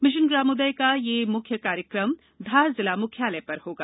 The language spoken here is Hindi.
मिशन ग्रामोदय का यह मुख्य कार्यक्रम धार जिला मुख्यालय पर होगा